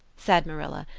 said marilla,